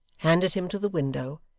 handed him to the window,